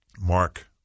Mark